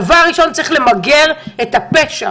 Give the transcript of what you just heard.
דבר ראשון צריך למגר את הפשע